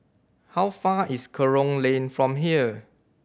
how far is Kerong Lane from here